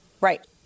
Right